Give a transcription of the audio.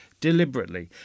deliberately